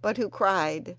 but who cried